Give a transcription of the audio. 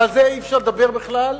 ועל זה אי-אפשר לדבר בכלל?